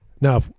Now